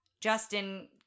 Justin